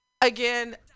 again